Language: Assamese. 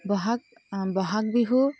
বহাগ বহাগ বিহু